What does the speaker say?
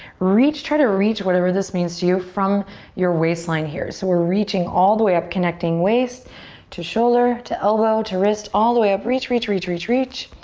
reach, try to reach whatever this means to you from your waistline here. so we're reaching all the way up, connecting waist to shoulder to elbow to wrist, all the way up, reach, reach, reach, reach, reach.